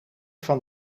van